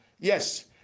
Yes